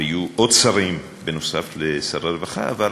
ויהיו עוד שרים נוסף על שר הרווחה, אבל